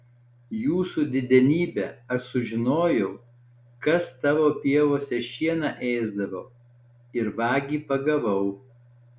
jūsų didenybe aš sužinojau kas tavo pievose šieną ėsdavo ir vagį pagavau